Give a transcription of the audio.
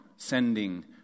Sending